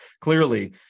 clearly